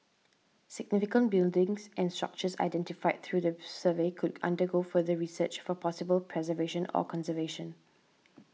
significant buildings and structures identified through the survey could undergo further research for possible preservation or conservation